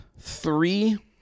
three